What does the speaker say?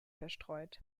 verstreut